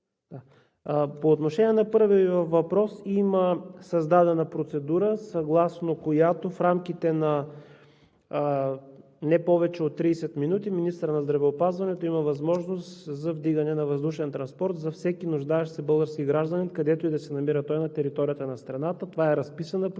по отношение на първия Ви въпрос – има създадена процедура, съгласно която в рамките на не повече от 30 минути министърът на здравеопазването има възможност за вдигане на въздушен транспорт за всеки нуждаещ се български гражданин, където и да се намира той на територията на страната. Това е разписана процедура